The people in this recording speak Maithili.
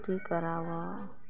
पट्टी कराबऽ